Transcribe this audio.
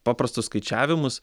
paprastus skaičiavimus